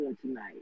tonight